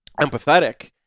empathetic